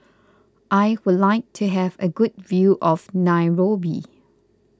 I would like to have a good view of Nairobi